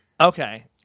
Okay